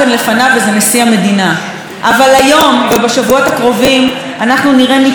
אבל היום ובשבועות הקרובים אנחנו נראה ניתוץ גם של מוסדות התרבות,